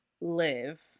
live